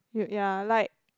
you yeah like